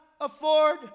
afford